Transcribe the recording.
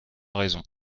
raison